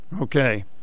okay